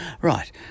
Right